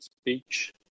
speech